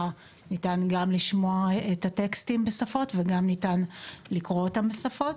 ניתן גם לשמוע את הטקסטים בשפות וגם ניתן לקרוא בשפות.